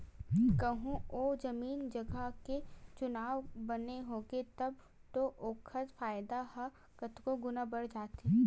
कहूँ ओ जमीन जगा के चुनाव बने होगे तब तो ओखर फायदा ह कतको गुना बड़ जाथे